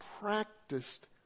practiced